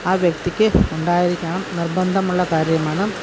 ആ വ്യക്തിക്ക് ഉണ്ടായിരിക്കണം നിര്ബന്ധമുള്ള കാര്യമാണ്